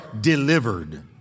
delivered